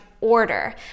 Order